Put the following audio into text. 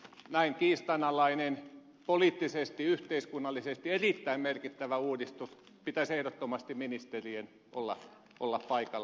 näin kiistanalaisen poliittisesti ja yhteiskunnallisesti erittäin merkittävän uudistuksen käsittelyssä pitäisi ehdottomasti ministerien olla paikalla